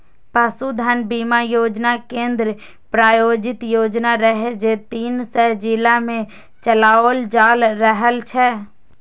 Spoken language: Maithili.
पशुधन बीमा योजना केंद्र प्रायोजित योजना रहै, जे तीन सय जिला मे चलाओल जा रहल छै